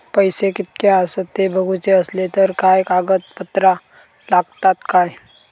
पैशे कीतके आसत ते बघुचे असले तर काय कागद पत्रा लागतात काय?